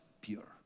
pure